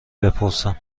بپرسم